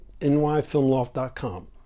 nyfilmloft.com